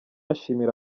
ashimira